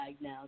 now